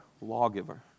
lawgiver